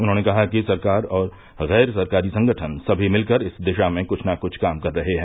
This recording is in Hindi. उन्होंने कहा कि सरकार और गैर सरकारी संगठन सभी मिलकर इस दिशा में कुछ ना कुछ काम कर रहे हैं